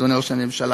אדוני היושב-ראש.